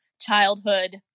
childhood